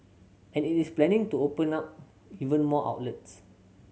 and it is planning to open now even more outlets